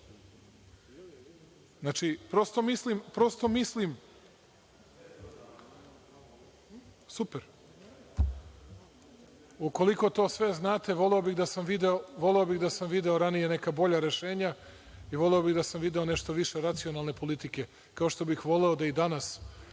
mesta: Sve to znamo.)Super. Ukoliko to sve znate, voleo bih da sam video ranije neka bolja rešenja i voleo bih da sam video nešto više racionalne politike, kao što bih voleo i danas